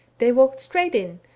they walked straight in,